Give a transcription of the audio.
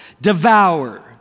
devour